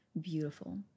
beautiful